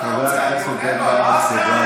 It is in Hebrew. חבר הכנסת בן ברק, תודה.